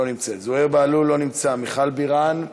לא נמצאת, זוהיר בהלול, לא נמצא, מיכל בירן,